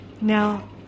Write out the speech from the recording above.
Now